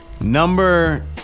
Number